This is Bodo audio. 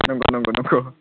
नंगौ नंगौ नंगौ